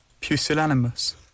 Pusillanimous